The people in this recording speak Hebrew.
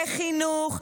בחינוך,